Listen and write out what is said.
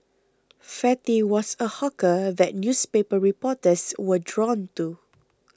fatty was a hawker that newspaper reporters were drawn to